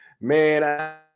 Man